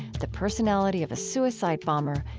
the personality of a suicide bomber,